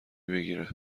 بگیره